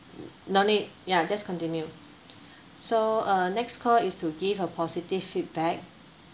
no need ya just continue so uh next call is to give a positive feedback